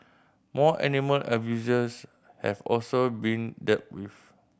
more animal abusers have also been deal with